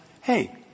hey